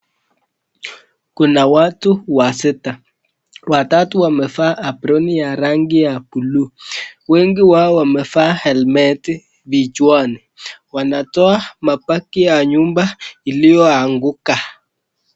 Kuna watu wasita. Watatu wamevaa aproni ya rangi ya buluu. Wengi wao wamevaa helmeti vichwani. Wanatoa mabaki ya nyumba iliyoanguka.